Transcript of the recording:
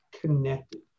connected